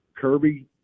Kirby